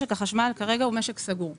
משק החשמל הוא משק סגור כרגע.